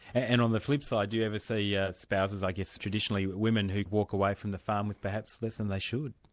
and on the flipside, do you ever see yeah spouses, i guess traditionally women, who'd walk away from the farm with perhaps less than they should?